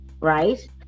right